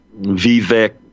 Vivek